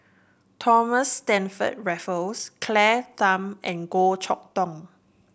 Thomas Stamford Raffles Claire Tham and Goh Chok Tong